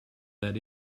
that